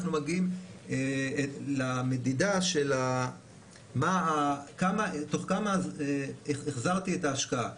אנחנו מגיעים למדידה של תוך כמה זמן החזרתי את ההשקעה.